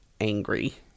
angry